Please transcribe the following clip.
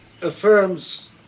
affirms